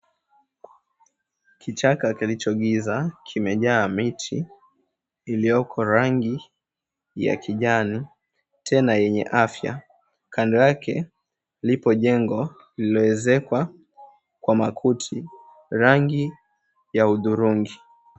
Kichaka kilicho giza, kimejaa miti iliyoko rangi ya kijani tena yenye afya. Kando yake lipo jengo lililo ezekwa kwa makuti rangi ya uthurungi.